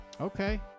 Okay